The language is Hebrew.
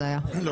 אהה.